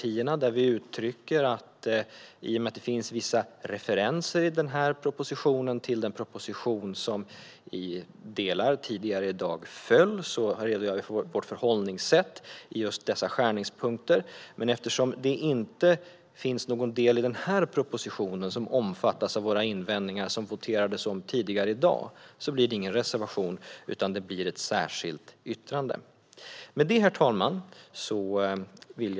Vi redogör i yttrandet för vårt förhållningssätt till att det i den här propositionen finns referenser till vissa skärningspunkter till den proposition som i vissa delar tidigare i dag föll. Eftersom det inte finns någon del i den här propositionen som omfattas av våra invändningar som det voterades om tidigare i dag blir det ingen reservation, utan det blir ett särskilt yttrande. Upphandling av vissa kollektivtrafiktjänster Herr talman!